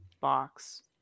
box